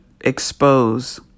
expose